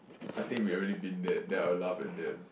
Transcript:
I think we already been there then I will laugh at them